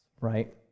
right